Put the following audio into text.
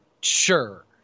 sure